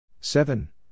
seven